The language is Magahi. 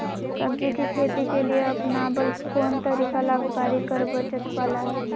सब्जी के खेती के लिए अपनाबल कोन तरीका लाभकारी कर बचत बाला है?